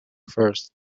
first